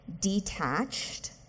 detached